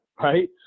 right